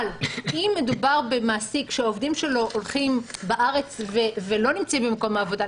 אבל אם מדובר במעסיק שהעובדים שלו הולכים בארץ ולא נמצאים במקום עבודה,